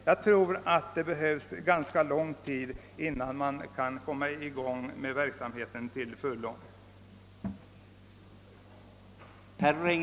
Jag tror att det tar ganska lång tid innan en sådan verksamhet kan komma i full gång.